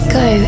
go